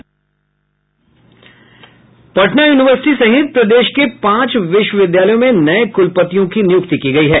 Patna university सहित प्रदेश के पांच विश्वविद्यालयों में नये कूलपतियों की नियुक्ति की गयी है